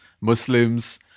muslims